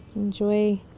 enjoy,